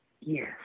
Yes